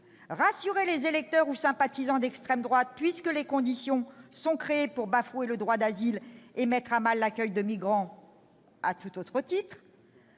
rassurer les électeurs ou sympathisants d'extrême droite, puisque les conditions sont créées pour bafouer le droit d'asile et mettre à mal l'accueil de migrants à tout autre titre.